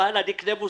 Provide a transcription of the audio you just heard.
מזה זה נבע.